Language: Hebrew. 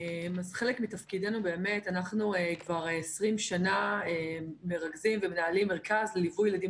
אנחנו כבר 20 שנים מרכזים ומנהלים מרכז ליווי לילדים